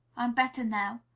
i'm better now